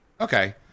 Okay